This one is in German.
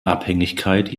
abhängigkeit